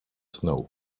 snow